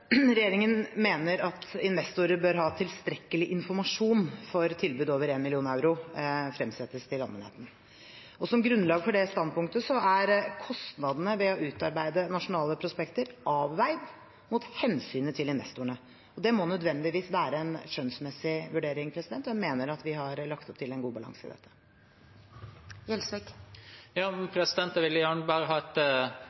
Regjeringen mener at investorer bør ha tilstrekkelig informasjon før tilbud over 1 mill. euro fremsettes til allmennheten. Og som grunnlag for det standpunktet er kostnadene ved å utarbeide nasjonale prospekter avveid mot hensynet til investorene. Det må nødvendigvis være en skjønnsmessig vurdering, og jeg mener at vi har lagt opp til en god balanse i dette. Jeg vil gjerne bare ha et svar – ja